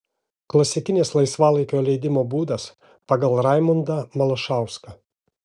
klasikinis laisvalaikio leidimo būdas pagal raimundą malašauską